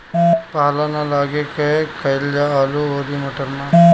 पाला न लागे का कयिल जा आलू औरी मटर मैं?